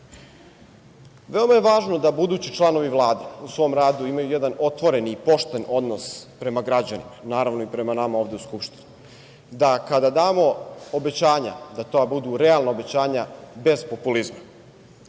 je važno da budući članovi vlade u svom radu imaju jedan otvoren i pošten odnos prema građanima, naravno i prema nama ovde u Skupštini. Da kada damo obećanja da to budu realna obećanja bez populizma.